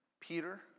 Peter